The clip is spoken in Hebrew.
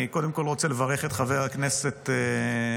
אני קודם כול רוצה לברך את חבר הכנסת שלום